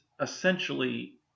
essentially